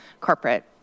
corporate